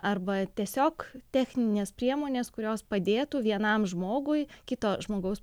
arba tiesiog techninės priemonės kurios padėtų vienam žmogui kito žmogaus